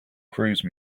cruise